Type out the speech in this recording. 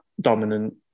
dominant